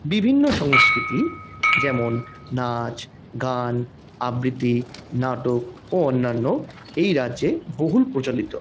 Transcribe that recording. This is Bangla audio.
বিভিন্ন সংস্কৃতি যেমন নাচ গান আবৃতি নাটক ও অন্যান্য এই রাজ্যে বহুল প্রচলিত